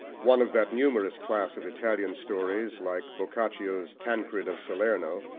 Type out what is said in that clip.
one of that numerous class of italian stories, like boccaccio's tancred of salerno,